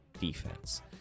defense